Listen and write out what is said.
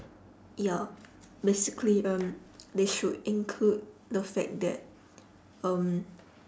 ya basically um they should include the fact that um